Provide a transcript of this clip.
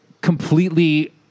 completely